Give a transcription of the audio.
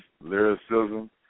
lyricism